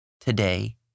today